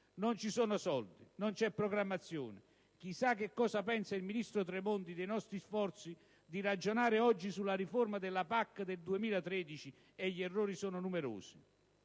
Non ci sono soldi, non c'è programmazione - chissà che cosa pensa il ministro Tremonti dei nostri sforzi di ragionare oggi sulla riforma della PAC del 2013! - e gli errori sono numerosi.